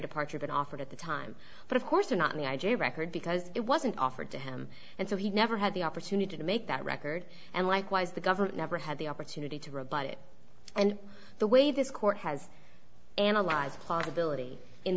departure been offered at the time but of course were not the i j a record because it wasn't offered to him and so he never had the opportunity to make that record and likewise the government never had the opportunity to rebut it and the way this court has analyzed possibility in